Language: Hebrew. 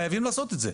חייבים לעשות את זה.